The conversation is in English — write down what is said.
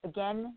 Again